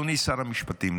אדוני שר המשפטים,